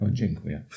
dziękuję